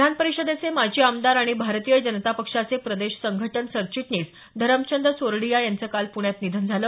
विधान परिषदेचे माजी आमदार आणि भारतीय जनता पक्षाचे प्रदेश संघटन सरचिटणीस धरमचंद चोरडिया यांचं काल पुण्यात निधन झालं